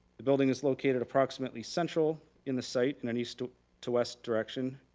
the building is located approximately central in the site in an east to to west direction,